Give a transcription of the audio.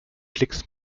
klicks